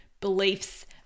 beliefs